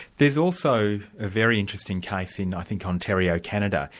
there's also a very interesting case in i think ontario, canada,